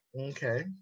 Okay